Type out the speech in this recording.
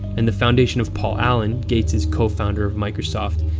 and the foundation of paul allen, gates' co-founder of microsoft,